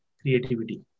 creativity